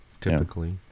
Typically